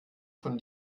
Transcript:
von